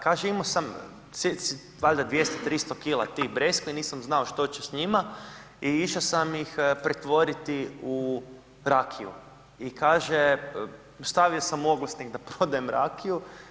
Kaže imo sam valjda 200-300 kg tih breskvi, nisam znao što ću s njima i išo sam ih pretvoriti u rakiju i kaže stavio sam u Oglasnik da prodajem rakiju.